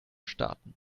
starten